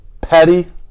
Patty